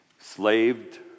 slaved